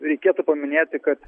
reikėtų paminėti kad